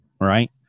Right